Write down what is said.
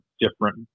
different